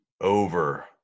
over